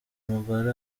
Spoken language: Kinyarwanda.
mugore